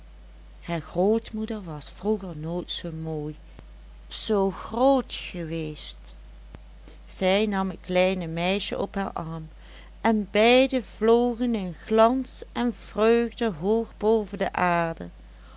haar grootmoeder was vroeger nooit zoo mooi zoo groot geweest zij nam het kleine meisje op haar arm en beiden vlogen in glans en vreugde hoog boven de aarde